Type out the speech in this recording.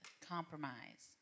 compromise